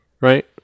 Right